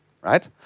right